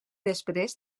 després